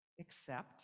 accept